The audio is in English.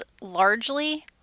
largely